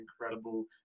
incredible